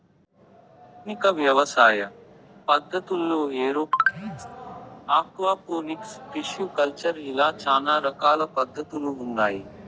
ఆధునిక వ్యవసాయ పద్ధతుల్లో ఏరోఫోనిక్స్, ఆక్వాపోనిక్స్, టిష్యు కల్చర్ ఇలా చానా రకాల పద్ధతులు ఉన్నాయి